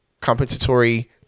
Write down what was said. compensatory